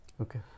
Okay